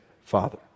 Father